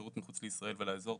שירות מחוץ לישראל ולאזור,